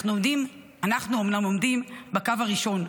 אנחנו אומנם עומדים בקו הראשון,